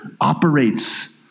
operates